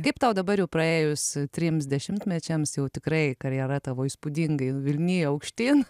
kaip tau dabar jau praėjus trims dešimtmečiams jau tikrai karjera tavo įspūdingai vilnija aukštyn